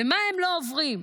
ומה הם לא עוברים.